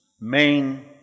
main